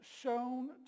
shown